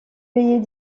veillées